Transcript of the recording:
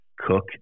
cook